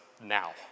Now